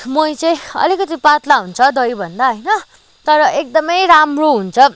मही चाहिँ अलिकति पात्ला हुन्छ दहीभन्दा होइन तर एकदमै राम्रो हुन्छ